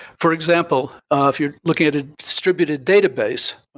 for example, ah if you're looking at a distributed database i